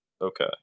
okay